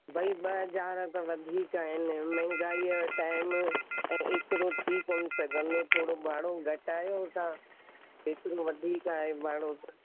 भई ॿ हज़ार त वधीक आहिनि महांगाई जो टाइम ऐं एतिरो थी कोन सघंदो थोड़ो भाड़ो घटायो तव्हां एतिरो वधीक आहे भाड़ो त